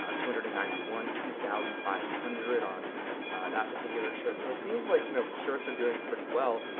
ah two hundred and ninety one, two thousand five hundred on that particular shirt. so it seems like you know shirts are doing pretty well,